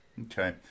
Okay